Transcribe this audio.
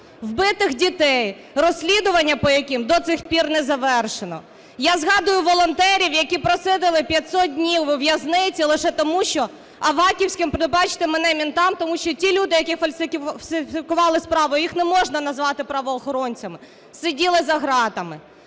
вбитих дітей, розслідування по яких до сих пір не завершено. Я згадую волонтерів, які просиділи 500 днів у в'язниці лише тому, що аваківським, пробачте мене, "ментам", тому що ті люди, які фальсифікували справу, їх не можна назвати правоохоронцями, сиділи за ґратами.